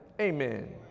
Amen